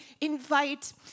invite